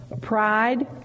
Pride